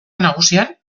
nagusian